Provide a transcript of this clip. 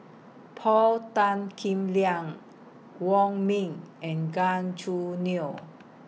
Paul Tan Kim Liang Wong Ming and Gan Choo Neo